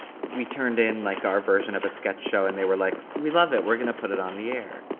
we turned in like our version of a sketch show and they were like, we love it. we're gonna put it on the air.